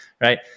right